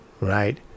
right